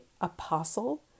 apostle